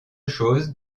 chose